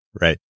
Right